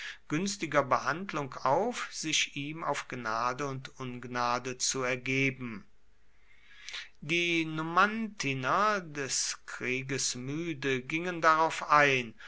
günstiger behandlung auf sich ihm auf gnade und ungnade zu ergeben die numantiner des krieges müde gingen darauf ein